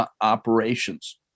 operations